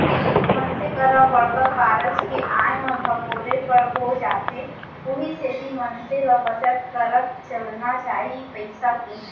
मनसे करा बड़का कारज के आय म धपोरे बर हो जाथे उहीं सेती मनसे ल बचत करत चलना चाही पइसा के